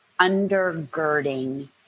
undergirding